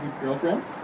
girlfriend